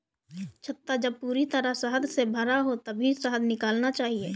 छत्ता जब पूरी तरह शहद से भरा हो तभी शहद निकालना चाहिए